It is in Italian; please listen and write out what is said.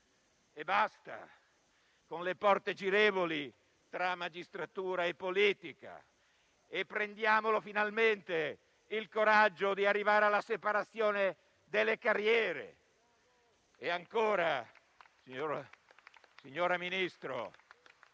Basta con le porte girevoli tra magistratura e politica e prendiamo finalmente il coraggio di arrivare alla separazione delle carriere! Signora Ministro,